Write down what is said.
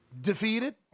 Defeated